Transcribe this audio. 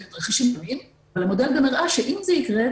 לתרחישים --- והמודל גם הראה שאם זה יקרה,